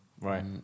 Right